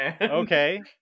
Okay